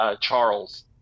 Charles